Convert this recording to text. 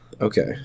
okay